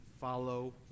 follow